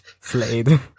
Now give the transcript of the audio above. slade